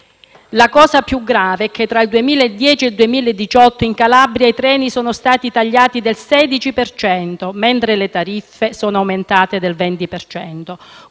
La cosa più grave è che, tra il 2010 e il 2018, in Calabria i treni sono stati tagliati del 16 per cento, mentre le tariffe sono aumentate del 20